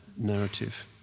narrative